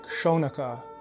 Shonaka